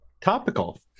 topical